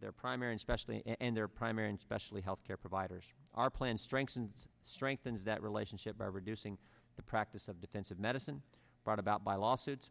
their primary especially and their primary and specially health care providers our plan strengthens strengthens that relationship by reducing the practice of defensive medicine brought about by lawsuits